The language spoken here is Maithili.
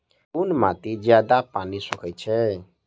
केँ माटि जियादा पानि सोखय छै?